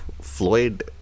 Floyd